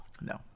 No